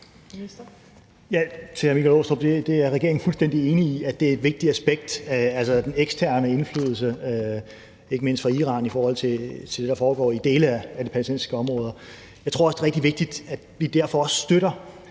sige til hr. Michael Aastrup Jensen, at regeringen er fuldstændig enig i, at det er et vigtigt aspekt – altså den eksterne indflydelse, ikke mindst fra Iran, i forhold til det, der foregår i dele af de palæstinensiske områder. Jeg tror også, det er rigtig vigtigt, at vi derfor støtter